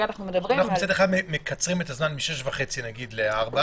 מצד אחד אנחנו מקצרים את הזמן מ-18:30 ל-16:00,